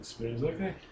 Okay